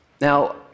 Now